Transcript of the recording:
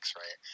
right